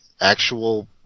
actual